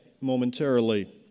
momentarily